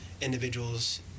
individuals